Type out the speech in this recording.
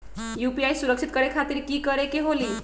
UPI सुरक्षित करे खातिर कि करे के होलि?